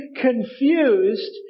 confused